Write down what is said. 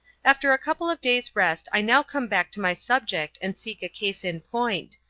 after a couple of days' rest i now come back to my subject and seek a case in point.